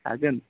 थागोन